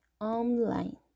online